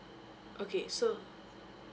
okay so